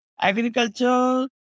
Agriculture